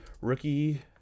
Rookie